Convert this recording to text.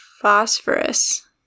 phosphorus